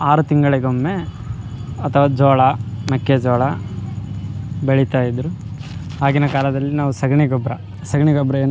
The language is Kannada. ಆರು ತಿಂಗಳಿಗೊಮ್ಮೆ ಅಥವ ಜೋಳ ಮೆಕ್ಕೆಜೋಳ ಬೆಳಿತ ಇದ್ರು ಆಗಿನ ಕಾಲದಲ್ಲಿ ನಾವು ಸಗಣಿಗೊಬ್ಬರ ಸಗಣಿಗೊಬ್ರನು